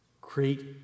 create